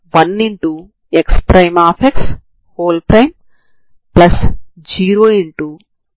u2xx00 మరియు u2tx00 లు మీ ప్రారంభ సమాచారం అవుతాయి